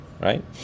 right